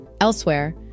Elsewhere